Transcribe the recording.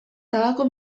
tabako